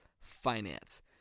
finance